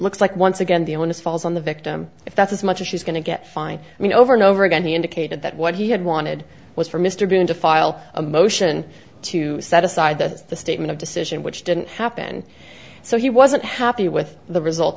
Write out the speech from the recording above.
looks like once again the onus falls on the victim if that's as much as she's going to get fine i mean over and over again he indicated that what he had wanted was for mr green to file a motion to set aside this is the statement of decision which didn't happen so he wasn't happy with the result